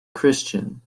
christian